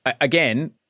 again